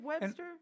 Webster